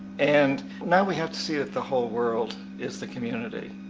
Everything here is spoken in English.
and now we have to see that the whole world is the community.